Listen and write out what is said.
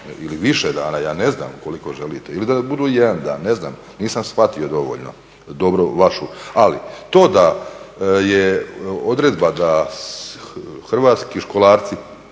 ili više dana, ja ne znam koliko želite ili da budu jedan dan, ne znam nisam shvatio dovoljno dobru. Ali to da je odredba da hrvatski školarci